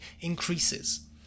increases